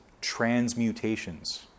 transmutations